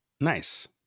Nice